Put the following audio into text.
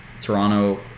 Toronto